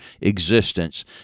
existence